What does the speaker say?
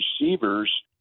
receivers